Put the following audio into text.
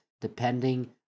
depending